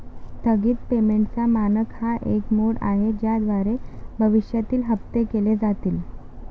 स्थगित पेमेंटचा मानक हा एक मोड आहे ज्याद्वारे भविष्यातील हप्ते केले जातील